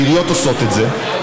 ועיריות עושות את זה,